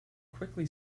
quickly